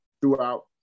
throughout